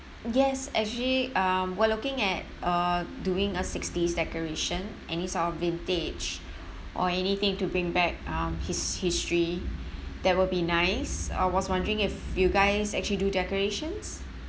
yes actually um we're looking at uh doing a sixties decoration any sort of vintage or anything to bring back um his history that will be nice I was wondering if you guys actually do decorations